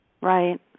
Right